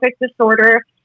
disorder